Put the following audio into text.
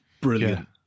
brilliant